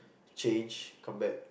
change come back